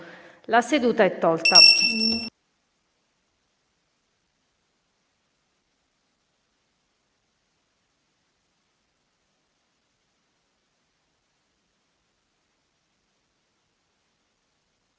La seduta è tolta